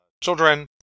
children